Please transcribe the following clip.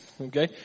okay